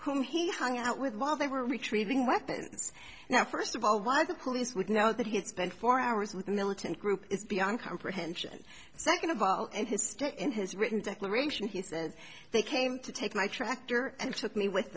who he hung out with while they were retrieving weapons now first of all why the police would know that he had spent four hours with a militant group is beyond comprehension second of all in his state in his written declaration he says they came to take my tractor and took me with